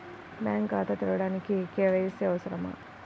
Bank ఖాతా తెరవడానికి KYC అవసరమా?